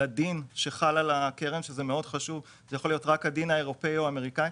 לדין שחל על הקרן שיכול להיות רק הדין האירופי או הדין האמריקאי.